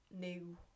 new